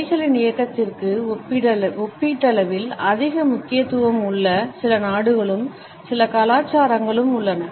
கைகளின் இயக்கத்திற்கு ஒப்பீட்டளவில் அதிக முக்கியத்துவம் உள்ள சில நாடுகளும் சில கலாச்சாரங்களும் உள்ளன